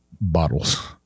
bottles